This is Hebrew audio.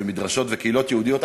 ומדרשות וקהילות יהודיות,